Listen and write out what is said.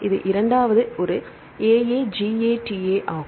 இது இரண்டாவது ஒரு AAGATA ஆகும்